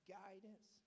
guidance